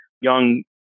young